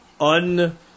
un-